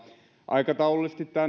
aikataulullisesti